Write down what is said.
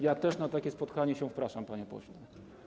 Ja też na takie spotkanie się wpraszam, panie pośle.